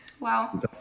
Wow